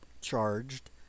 charged